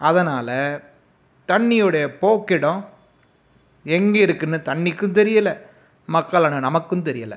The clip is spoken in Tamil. அதனால் தண்ணியுடைய போக்கிடம் எங்கேருக்குன்னு தண்ணிக்கும் தெரியலை மக்களான நமக்கும் தெரியலை